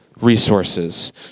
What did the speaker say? resources